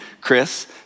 Chris